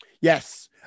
yes